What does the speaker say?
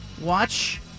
Watch